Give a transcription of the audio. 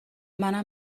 منم